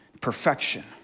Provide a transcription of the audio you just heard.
perfection